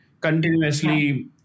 Continuously